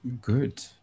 Good